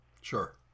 Sure